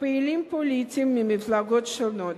פעילים פוליטיים ממפלגות שונות.